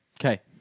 Okay